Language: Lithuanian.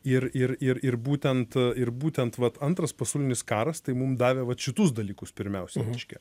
ir ir ir ir būtent ir būtent vat antras pasaulinis karas tai mum davė vat šitus dalykus pirmiausia reiškia